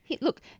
Look